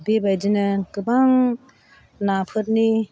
बेबादिनो गोबां नाफोरनि